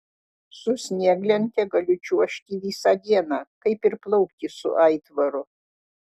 su snieglente galiu čiuožti visą dieną kaip ir plaukti su aitvaru